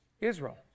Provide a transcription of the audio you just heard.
Israel